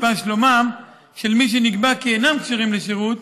שלומם של מי שנקבע כי אינם כשירים לשירות,